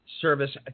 service